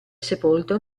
sepolto